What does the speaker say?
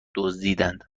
دزدیدند